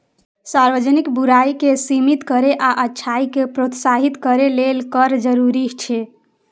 सार्वजनिक बुराइ कें सीमित करै आ अच्छाइ कें प्रोत्साहित करै लेल कर जरूरी छै